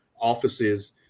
offices